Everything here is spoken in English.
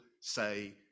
say